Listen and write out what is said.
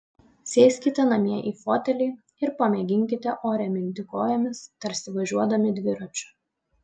sėskite namie į fotelį ir pamėginkite ore minti kojomis tarsi važiuodami dviračiu